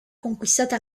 conquistata